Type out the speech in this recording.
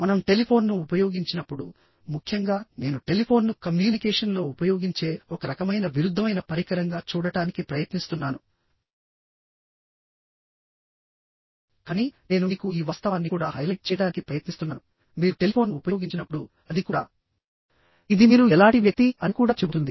మనం టెలిఫోన్ను ఉపయోగించినప్పుడుముఖ్యంగా నేను టెలిఫోన్ను కమ్యూనికేషన్లో ఉపయోగించే ఒక రకమైన విరుద్ధమైన పరికరంగా చూడటానికి ప్రయత్నిస్తున్నానుకానీ నేను మీకు ఈ వాస్తవాన్ని కూడా హైలైట్ చేయడానికి ప్రయత్నిస్తున్నానుమీరు టెలిఫోన్ను ఉపయోగించినప్పుడుఅది కూడా ఇది మీరు ఎలాంటి వ్యక్తి అని కూడా చెబుతుంది